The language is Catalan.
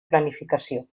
planificació